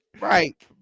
Right